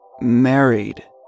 married